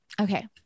Okay